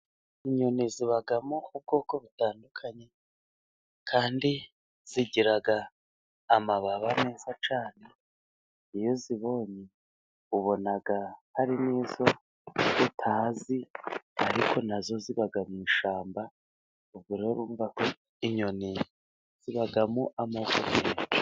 Inyoni zibamo ubwoko butandukanye, kandi zigira amababa meza cyane, iyo uzibonye ubona hari n'izo utazi, ariko nazo ziba mu ishyamba, ubwo rero urumva ko inyoni zibamo amako menshi.